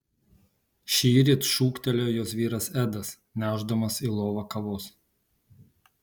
šįryt šūktelėjo jos vyras edas nešdamas į lovą kavos